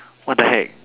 what the heck